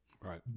Right